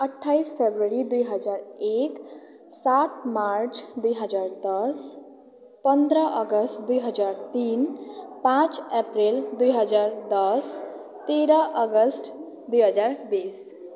अट्ठाइस फेब्रुअरी दुई हजार एक सात मार्च दुई हजार दस पन्ध्र अगस्त दुई हजार तिन पाँच अप्रेल दुई हजार दस तेह्र अगस्त दुई हजार बिस